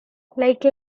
like